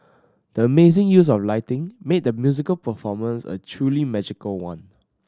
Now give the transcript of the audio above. the amazing use of lighting made the musical performance a truly magical one